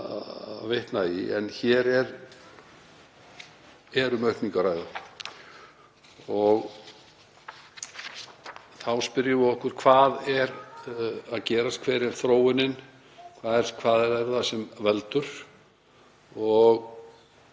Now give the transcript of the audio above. að vitna í. En hér er um aukningu að ræða. Þá spyrjum við okkur: Hvað er að gerast? Hver er þróunin? Hvað er það sem veldur?